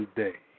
day